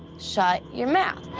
shut your mouth.